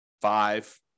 five